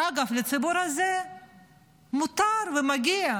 שאגב, לציבור הזה מותר ומגיע.